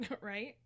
Right